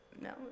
no